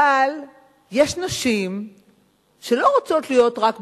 אבל יש נשים שלא רוצות להיות רק בבית,